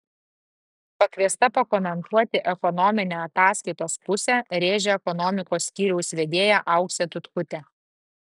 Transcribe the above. pakviesta pakomentuoti ekonominę ataskaitos pusę rėžė ekonomikos skyriaus vedėja auksė tutkutė